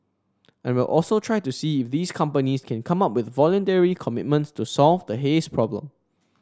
and we'll also try to see if these companies can come up with voluntary commitments to solve the haze problem